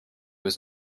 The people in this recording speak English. was